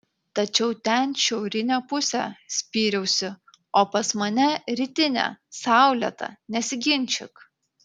tačiau ten šiaurinė pusė spyriausi o pas mane rytinė saulėta nesiginčyk